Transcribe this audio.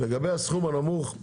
לגבי הסכום הנמוך,